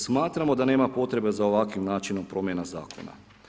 Smatramo da nema potrebe za ovakvim načinom promjena zakona.